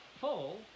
full